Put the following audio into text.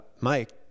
Mike